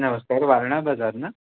नमस्कार वारणा बाजार ना